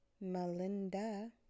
Melinda